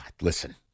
Listen